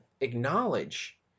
acknowledge